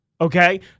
okay